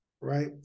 right